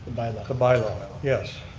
the bylaw, yes,